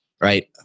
Right